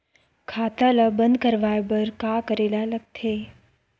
खाता ला बंद करवाय बार का करे ला लगथे?